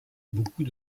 beaucoup